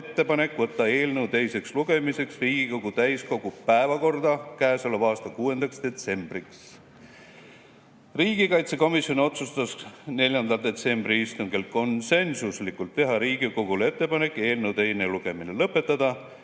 võtta eelnõu teiseks lugemiseks Riigikogu täiskogu päevakorda käesoleva aasta 6. detsembriks. Riigikaitsekomisjon otsustas 4. detsembri istungil konsensuslikult, et tehakse Riigikogule ettepanek eelnõu teine lugemine lõpetada